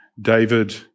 David